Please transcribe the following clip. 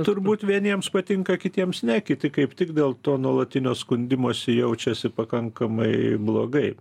turbūt vieniems patinka kitiems ne kiti kaip tik dėl to nuolatinio skundimosi jaučiasi pakankamai blogai